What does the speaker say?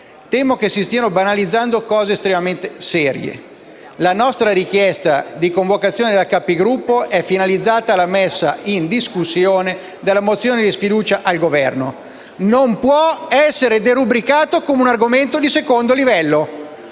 Temo che si stiano banalizzando cose estremamente serie. La nostra richiesta di convocazione della Capigruppo è finalizzata alla messa in discussione della mozione di sfiducia al Governo e questo non può essere derubricato come un argomento di secondo livello: